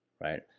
right